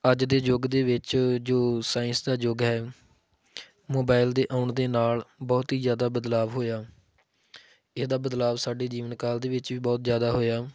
ਅੱਜ ਦੇ ਯੁੱਗ ਦੇ ਵਿੱਚ ਜੋ ਸਾਇੰਸ ਦਾ ਯੁਗ ਹੈ ਮੋਬਾਇਲ ਦੇ ਆਉਣ ਦੇ ਨਾਲ ਬਹੁਤ ਹੀ ਜ਼ਿਆਦਾ ਬਦਲਾਅ ਹੋਇਆ ਇਹਦਾ ਬਦਲਾਅ ਸਾਡੇ ਜੀਵਨ ਕਾਲ ਦੇ ਵਿੱਚ ਵੀ ਬਹੁਤ ਜ਼ਿਆਦਾ ਹੋਇਆ